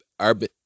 urban